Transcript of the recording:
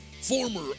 Former